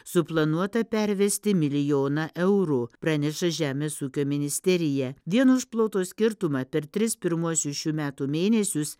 suplanuota pervesti milijoną eurų praneša žemės ūkio ministerija vien už ploto skirtumą per tris pirmuosius šių metų mėnesius